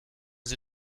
sie